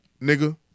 nigga